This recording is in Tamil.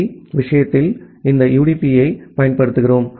பி விஷயத்தில் இந்த யுடிபியைப் பயன்படுத்துகிறோம்